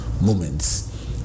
moments